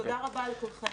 תודה רבה לכולכם.